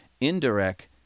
indirect